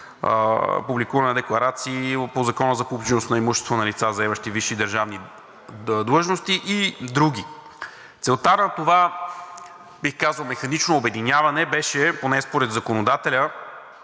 публикуване на декларации по Закона за публичност на имуществото на лица, заемащи висши държавни длъжности и други. Целта на това, бих казал, механично обединяване беше – поне според законодателя